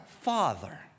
Father